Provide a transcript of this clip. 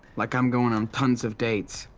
like i'm going on tons of dates.